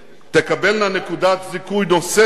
תקבלנה נקודת זיכוי נוספת